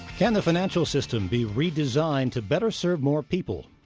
can the financial system be redesigned to better serve more people?